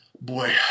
Boy